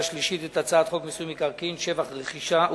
השלישית את הצעת חוק מיסוי מקרקעין (שבח ורכישה)